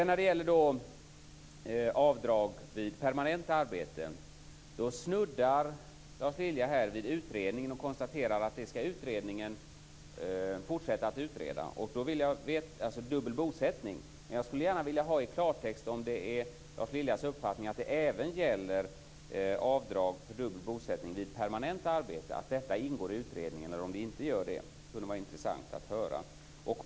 När det gäller avdrag vid permanenta arbeten kan jag säga att Lars Lilja snuddar vid utredningen när han konstaterar att utredningen skall fortsätta att utreda frågan om dubbel bosättning. Men jag skulle gärna vilja ha klartext här. Är det Lars Liljas uppfattning att även frågan om avdrag för dubbel bosättning vid permanent arbete ingår i utredningen, eller gör den inte det? Det kunde vara intressant att höra.